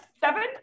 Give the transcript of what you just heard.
Seven